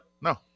No